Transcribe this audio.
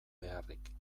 beharrik